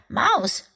mouse